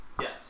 Yes